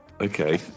Okay